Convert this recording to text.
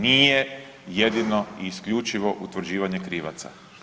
Nije jedino i isključivo utvrđivanje krivaca.